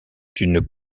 une